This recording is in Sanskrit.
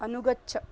अनुगच्छ